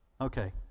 Okay